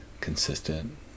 consistent